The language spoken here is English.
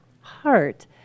heart